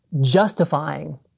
justifying